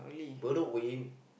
Bedok wind